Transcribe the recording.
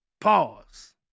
Pause